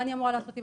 מה אני אמורה לעשות?